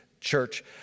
church